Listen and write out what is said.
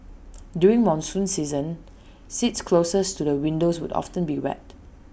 during monsoon season seats closest to the windows would often be wet